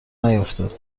نیفتاد